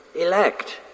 elect